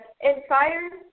inspires